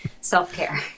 self-care